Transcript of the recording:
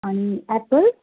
अनि एप्पल